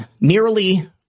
nearly